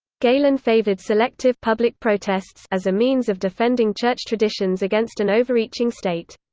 galen favored selective public protests as a means of defending church traditions against an overreaching state.